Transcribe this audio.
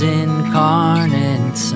incarnate